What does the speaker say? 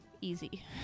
easy